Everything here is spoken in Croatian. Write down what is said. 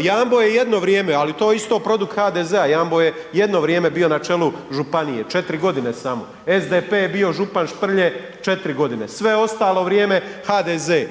Jambo je jedno vrijeme, ali to je isto produkt HDZ-a, Jambo je jedno vrijeme bio na čelu županije, 4 godine samo. SDP je bio župan Šprlje 4 godine. Sve ostalo vrijeme HDZ.